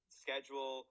schedule